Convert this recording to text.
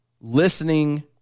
listening